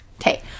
Okay